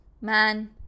man